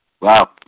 Wow